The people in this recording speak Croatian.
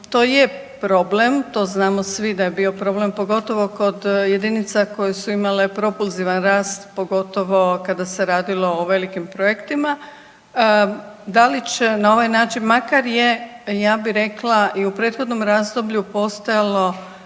To je problem, to znamo svi da je bio problem pogotovo kod jedinica koje su imale propulzivan rast pogotovo kada se radilo o velikim projektima. Da li će na ovaj način makar je ja bi rekla i u prethodnom razdoblju postojalo